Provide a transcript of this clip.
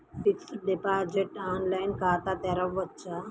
Fixed deposit online ఖాతా తెరువవచ్చా?